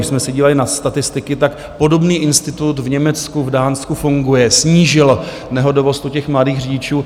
Když jsme se dívali na statistiky, tak podobný institut v Německu, v Dánsku funguje, snížil nehodovost u těch mladých řidičů.